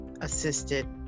assisted